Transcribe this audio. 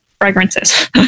fragrances